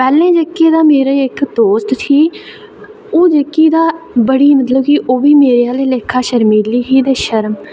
पैह्लें जेह्की तां मेरी इक्क दोस्त ही ते ओह् जेह्की तां बड़ी मेरे आह्ले लेखा शर्मिली ही ते शर्म